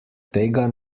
tega